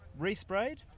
resprayed